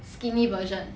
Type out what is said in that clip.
skinny version